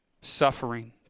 suffering